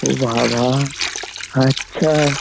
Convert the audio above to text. ও বাবা আচ্ছা